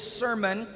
sermon